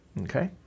okay